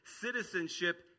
citizenship